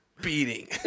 beating